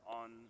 on